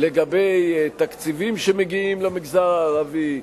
לגבי תקציבים שמגיעים למגזר הערבי,